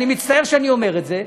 אני מצטער שאני אומר את זה,